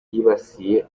yibasiye